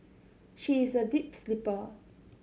she is a deep sleeper